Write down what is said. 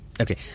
Okay